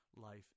life